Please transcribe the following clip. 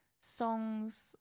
songs